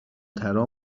ترا